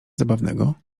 zabawnego